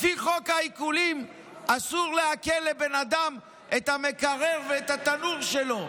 לפי חוק העיקולים אסור לעקל לבן אדם את המקרר ואת התנור שלו,